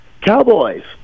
Cowboys